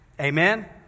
Amen